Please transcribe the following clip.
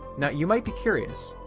now you might be curious,